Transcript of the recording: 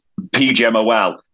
PGMOL